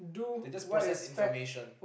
they just process information